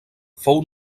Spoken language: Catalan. fou